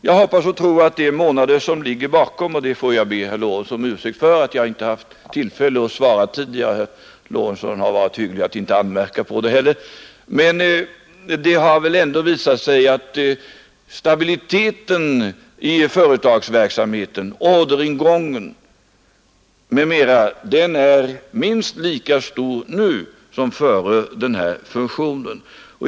Jag hoppas och tror att de månader som gått sedan interpellationen väcktes — jag får be herr Lorentzon om ursäkt för att jag inte haft tillfälle att svara tidigare; herr Lorentzon har varit hygglig att inte anmärka på det — visat att stabiliteten i företagsverksamheten, orderingången, m.m. är minst lika stor efter som före fusionen.